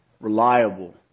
reliable